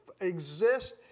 exist